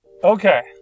Okay